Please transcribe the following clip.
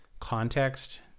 context